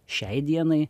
šiai dienai